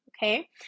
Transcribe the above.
Okay